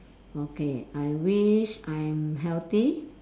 okay I wish I'm healthy